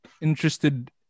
interested